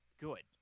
good